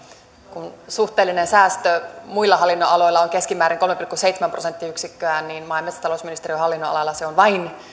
kun suhteellinen säästö muilla hallinnonaloilla on keskimäärin kolme pilkku seitsemän prosenttiyksikköä niin maa ja metsätalousministeriön hallinnonalalla se on vain